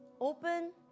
open